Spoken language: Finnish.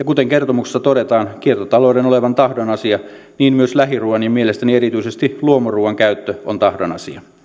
kuten kertomuksessa todetaan kiertotalouden olevan tahdon asia niin myös lähiruuan ja mielestäni erityisesti luomuruuan käyttö on tahdon asia